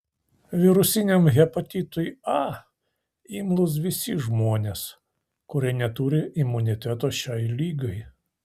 virusiniam hepatitui a imlūs visi žmonės kurie neturi imuniteto šiai ligai